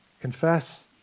confess